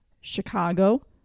Chicago